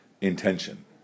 intention